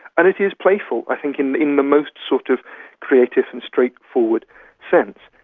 and it is playful i think in in the most sort of creative and straightforward sense,